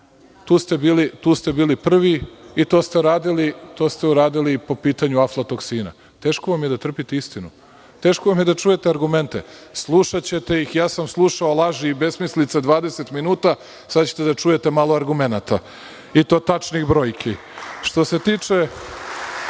to ste radili i to ste uradili i po pitanju aflatoksina. Teško vam je da trpite istinu. Teško vam je da čujete argumente. Slušaćete ih. Slušao sam i ja laži i besmislice 20 minuta, a sada ćete da čujete malo argumenata, i to tačnih brojki. Što se tiče